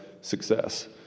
success